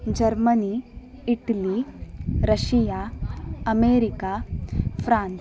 Germany Italy Russia America France